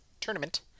tournament